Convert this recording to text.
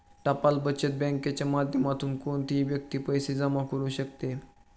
टपाल बचत बँकेच्या माध्यमातून कोणतीही व्यक्ती पैसे जमा करू शकते